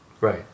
Right